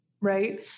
right